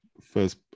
First